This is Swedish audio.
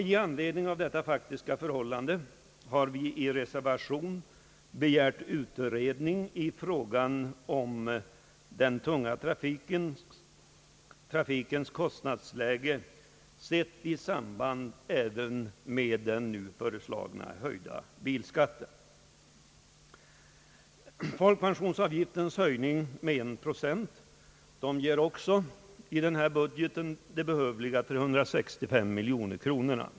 I anledning av det faktiska förhållandet har vi i reservation begärt utredning i frågan om den tunga trafikens kostnadsläge, sett i samband även med den nu föreslagna höjda bilskatten. Folkpensionsavgiftens höjning med en procent ger också i budgeten de behövliga 365 miljoner kronorna.